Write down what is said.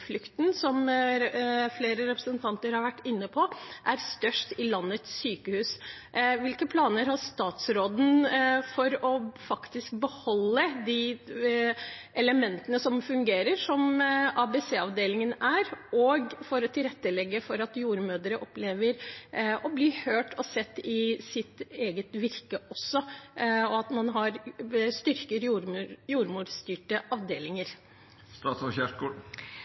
som flere representanter har vært inne på, er størst i landets sykehus. Hvilke planer har statsråden for faktisk å beholde de elementene som fungerer, som ABC-avdelingen gjør, og for å tilrettelegge for at jordmødre opplever å bli hørt og sett i sitt eget virke, og for å styrke jordmorstyrte avdelinger? Både jeg som ansvarlig statsråd og også denne sal har